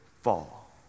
fall